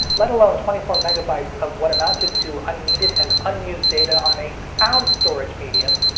let alone twenty four megabytes of what amounted to unneeded and unused data on a sound storage medium,